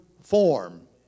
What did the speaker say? form